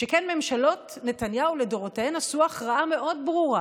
שכן ממשלות נתניהו לדורותיהן עשו הכרעה מאוד ברורה: